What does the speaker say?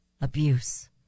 abuse